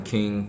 King